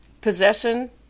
possession